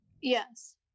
Yes